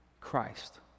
Christ